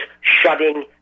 shutting